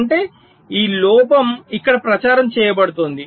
అంటే ఈ లోపం ఇక్కడ ప్రచారం చేయబడుతోంది